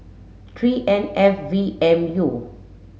three N F V M U